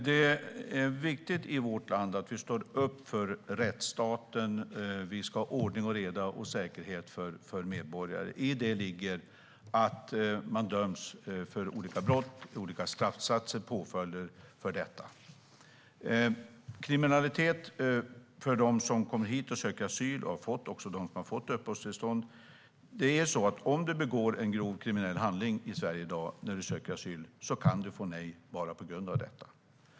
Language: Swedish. Herr talman! Det är viktigt att vi står upp för rättsstaten i vårt land. Vi ska ha ordning och reda och säkerhet för medborgare. I det ligger att man döms till straffsatser eller får påföljder för brott. När det gäller kriminalitet bland dem som kommer hit och söker asyl, också bland dem som har fått uppehållstillstånd, är det på det sättet i Sverige i dag att man, om man under tiden man söker asyl i Sverige, begår en grov kriminell handling kan få nej bara på grund av detta.